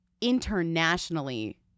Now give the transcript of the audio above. internationally